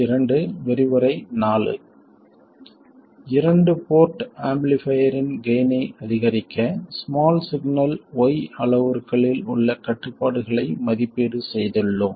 இரண்டு போர்ட் ஆம்பிளிஃபைரின் கெய்ன் ஐ அதிகரிக்க ஸ்மால் சிக்னல் y அளவுருக்களில் உள்ள கட்டுப்பாடுகளை மதிப்பீடு செய்துள்ளோம்